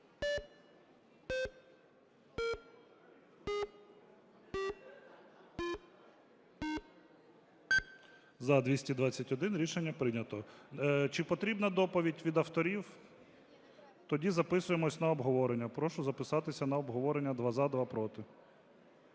За-221 Рішення прийнято. Чи потрібна доповідь від авторів? Тоді записуємось на обговорення. Прошу записатися на обговорення: два – за,